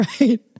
right